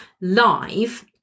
live